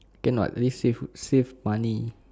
cannot need food save save money